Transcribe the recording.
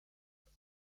être